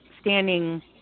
standing